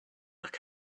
look